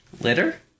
Litter